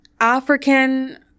African